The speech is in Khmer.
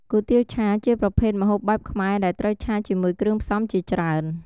គុយទាវឆា ជាប្រភេទម្ហូបបែបខ្មែរដែលត្រូវឆាជាមួយគ្រឿងផ្សំជាច្រើន។